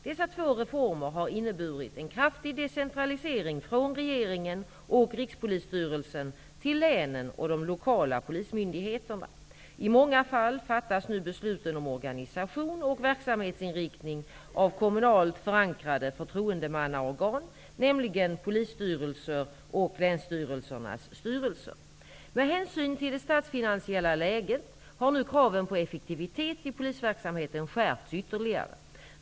Dessa två reformer har inneburit en kraftig decentralisering från regeringen och Rikspolisstyrelsen till länen och de lokala polismyndigheterna. I många fall fattas nu besluten om organisation och verksamhetsinriktning av kommunalt förankrade förtroendemannaorgan, nämligen polisstyrelser och länsstyrelsernas styrelser. Med hänsyn till det statsfinansiella läget har nu kraven på effektivitet i polisverksamheten skärpts ytterligare.